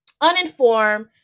uninformed